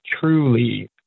truly